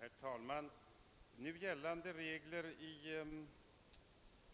Herr talman! Nu gällande regler i